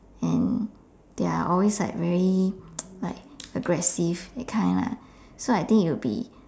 and they are always like very like aggressive that kind lah so I think it would be